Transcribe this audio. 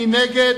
מי נגד?